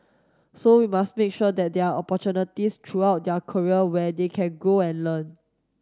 so we must make sure that there are opportunities throughout their career where they can grow and learn